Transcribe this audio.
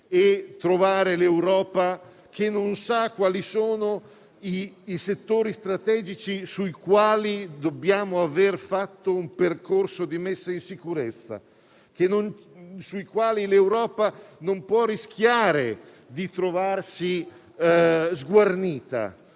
e colpire un'Europa che ancora non sa quali sono i settori strategici sui quali dobbiamo aver fatto un percorso di messa in sicurezza. L'Europa non può rischiare di trovarsi sguarnita